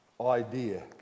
idea